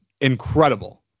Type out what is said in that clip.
incredible